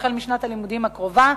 החל משנת הלימודים הקרובה.